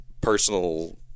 personal